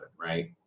right